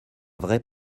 vrai